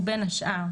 ובין השאר: